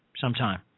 sometime